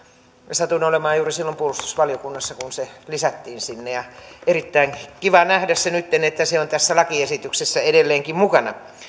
satuin olemaan juuri silloin puolustusvaliokunnassa kun se lisättiin sinne erittäin kiva nähdä nytten että se on tässä lakiesityksessä edelleenkin mukana